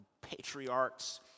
patriarchs